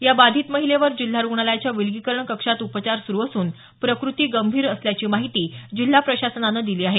या बाधित महिलेवर जिल्हा रुग्णालयातल्या विलगीकरण कक्षात उपचार सुरू असून प्रकृती गंभीर असल्याची माहिती जिल्हा प्रशासनानं दिली आहे